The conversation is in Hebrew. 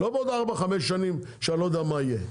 לא בעוד כארבע או חמש שנים שאני לא יודע מה יהיה,